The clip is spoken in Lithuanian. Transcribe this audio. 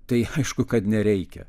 tai aišku kad nereikia